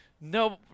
no